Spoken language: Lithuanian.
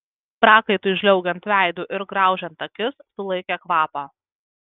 prakaitui žliaugiant veidu ir graužiant akis sulaikė kvapą